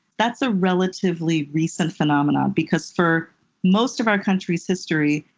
that's a relatively recent phenomenon, because for most of our country's history,